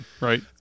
right